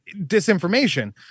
disinformation